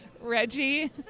Reggie